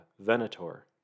Venator